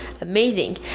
amazing